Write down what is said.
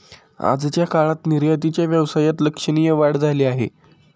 आजच्या काळात निर्यातीच्या व्यवसायात लक्षणीय वाढ झाली आहे